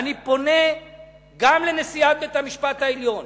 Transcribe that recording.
אני פונה גם לנשיאת בית-המשפט העליון